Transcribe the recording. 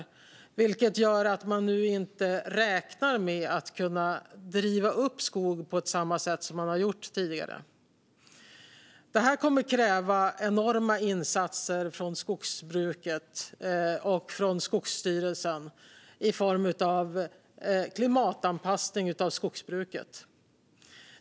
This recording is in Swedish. Det gör att man nu inte räknar med att kunna driva upp skog på samma sätt som man har gjort tidigare. Det kommer att kräva enorma insatser från skogsbruket och från Skogsstyrelsen i form av klimatanpassning av skogsbruket.